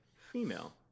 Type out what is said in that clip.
female